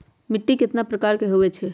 मिट्टी कतना प्रकार के होवैछे?